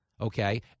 Okay